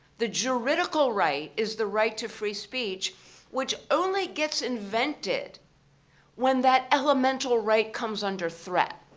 the juridical right is the right to free speech which only gets invented when that elemental right comes under threat,